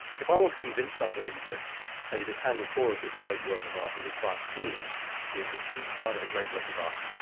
if i want to convince somebody that say this handel chorus is a great work of art, or this bach fugue is part of a great work of art,